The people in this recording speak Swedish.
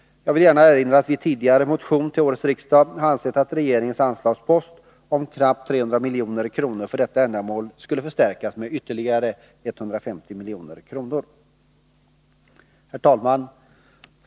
Jag vill gärna erinra om att vii en tidigare motion till årets riksdag har ansett att regeringens anslagspost om knappt 300 milj.kr. för detta ändamål skulle förstärkas med ytterligare 150 milj.kr. Herr talman!